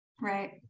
Right